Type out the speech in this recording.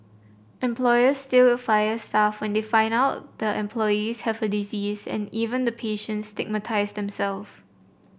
employers still fire staff when they find out the employees have the disease and even the patients stigmatise themselves